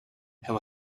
have